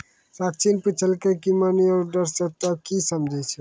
साक्षी ने पुछलकै की मनी ऑर्डर से तोंए की समझै छौ